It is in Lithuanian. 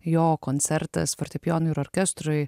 jo koncertas fortepijonui ir orkestrui